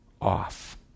off